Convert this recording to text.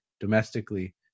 domestically